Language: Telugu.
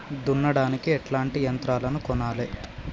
దున్నడానికి ఎట్లాంటి యంత్రాలను కొనాలే?